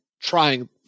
trying